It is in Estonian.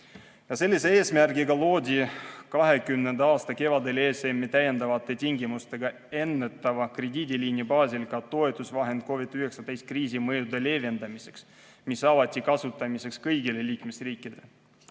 Sellise eesmärgiga loodi 2020. aasta kevadel ESM-i täiendavate tingimustega ennetava krediidiliini baasil ka toetusvahend COVID-19 kriisi mõjude leevendamiseks, mis avati kasutamiseks kõigile liikmesriikidele.